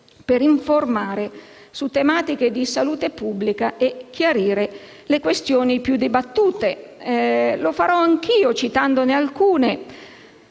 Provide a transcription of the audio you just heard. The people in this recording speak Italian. per informare su tematiche di salute pubblica e chiarire le questioni più dibattute. Lo farò anch'io citandone alcune,